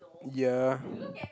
ya